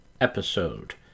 Episode